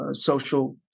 social